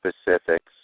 specifics